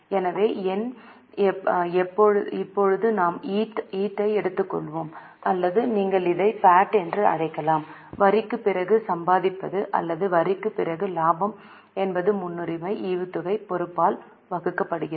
எனவே எண் இப்போது நாம் EAT ஐ எடுத்துள்ளோம் அல்லது நீங்கள் இதை PAT என்றும் அழைக்கலாம் வரிக்குப் பிறகு சம்பாதிப்பது அல்லது வரிக்குப் பிறகு இலாபம் என்பது முன்னுரிமை ஈவுத்தொகை பொறுப்பால் வகுக்கப்படுகிறது